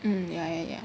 um yeah yeah yeah